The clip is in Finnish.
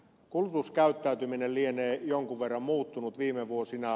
kulutuskäyttäytyminen lienee jonkin verran muuttunut viime vuosina